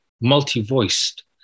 multi-voiced